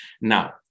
Now